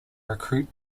recruit